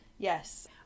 Yes